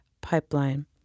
pipeline